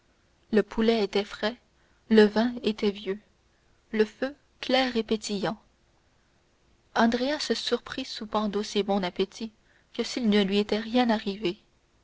le poulet était frais le vin était vieux le feu clair et pétillant andrea se surprit soupant d'aussi bon appétit que s'il ne lui était rien arrivé